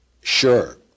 sure